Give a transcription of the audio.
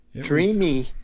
dreamy